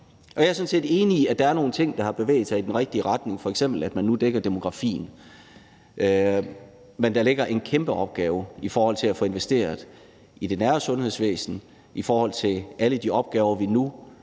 Jeg er sådan set enig i, at der er nogle ting, der har bevæget sig i den rigtige retning, f.eks. at man nu dækker demografien, men der ligger en kæmpe opgave i forhold til at få investeret i det nære sundhedsvæsen, i forhold til alle de opgaver, vi nu